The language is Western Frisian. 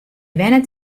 wennet